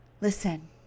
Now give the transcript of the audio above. Listen